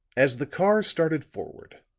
as the car started forward,